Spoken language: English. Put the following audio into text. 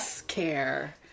care